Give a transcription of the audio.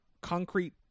concrete